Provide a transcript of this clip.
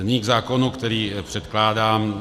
A nyní k zákonu, který předkládám.